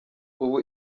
ubu